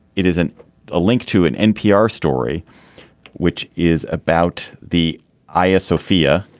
it isn't a link to an npr story which is about the aya sofia.